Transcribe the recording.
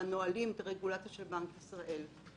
הנהלים של הרגולטור, של בנק ישראל.